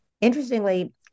Interestingly